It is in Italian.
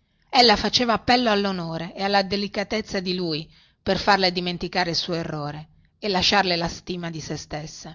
così bruscamente ella faceva appello allonore e alla delicatezza di lui per farle dimenticare il suo errore e lasciarle la stima di sè stessa